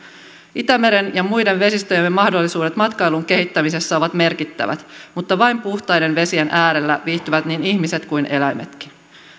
itämeren ja muiden vesistöjemme mahdollisuudet matkailun kehittämisessä ovat merkittävät mutta vain puhtaiden vesien äärellä viihtyvät niin ihmiset kuin eläimetkin